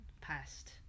past